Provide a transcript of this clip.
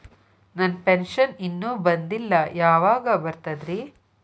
ನನ್ನ ಪೆನ್ಶನ್ ಇನ್ನೂ ಬಂದಿಲ್ಲ ಯಾವಾಗ ಬರ್ತದ್ರಿ?